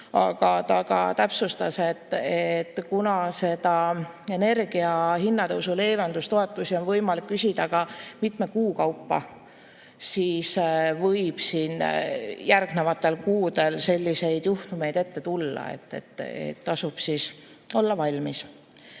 Aga ta täpsustas, et kuna energia hinna tõusu leevenduse toetusi on võimalik küsida ka mitme kuu kaupa, siis võib siin järgnevatel kuudel selliseid juhtumeid ette tulla ja tasub olla valmis.